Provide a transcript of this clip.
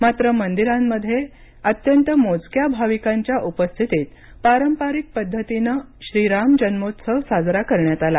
मात्र मंदिरांमध्ये कमी अत्यंत मोजक्या भाविकांच्या उपस्थितीत पारंपरिक पद्धतीनं श्रीराम जन्मोत्सव साजरा करण्यात आला